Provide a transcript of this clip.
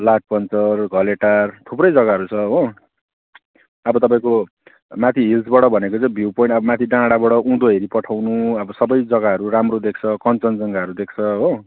लाठपन्चर घलेटार थुप्रै जगाहरू छ हो अब तपाईँको माथि हिल्सबाट भनेको चाहिँ भ्यु पोइन्ट अब माथि डाँडाबाट उँधो हेरी पठाउनु अब सब जगाहरू राम्रो देख्छ कञ्नजङ्घा देख्छ हो